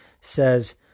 says